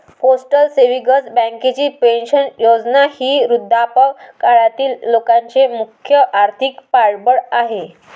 postal savings बँकेची pension योजना ही वृद्धापकाळातील लोकांचे मुख्य आर्थिक पाठबळ आहे